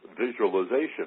visualization